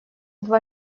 два